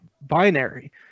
binary